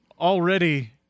already